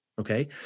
Okay